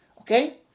Okay